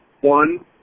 One